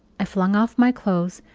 i flung off my clothes,